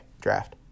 draft